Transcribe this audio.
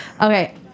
Okay